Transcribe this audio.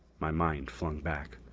my mind flung back.